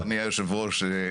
תודה אדוני יושב הראש.